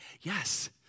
yes